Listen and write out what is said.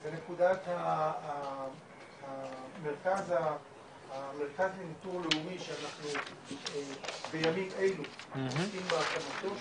זאת נקודת המרכז לניטור לאומי שאנחנו בימים אלו עוסקים בהקמתו,